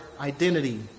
identity